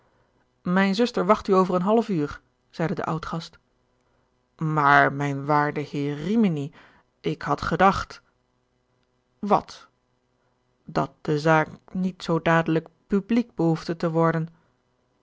mijn zuster wacht u over een half uur zeide de oudgast maar mijn waarde heer rimini ik had gedacht wat dat de zaak niet zoo dadelijk publiek behoefde te worden